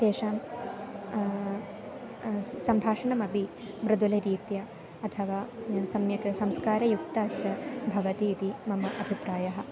तेषां सम्भाषणामपि मृदुलरीत्या अथवा सम्यक् संस्कारयुक्ता च भवति इति मम अभिप्रायः